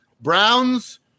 Browns